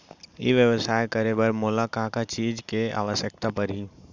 ई व्यवसाय करे बर मोला का का चीज के आवश्यकता परही?